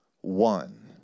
one